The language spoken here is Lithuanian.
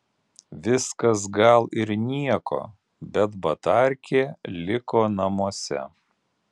viskas gal ir nieko bet batarkė liko namuose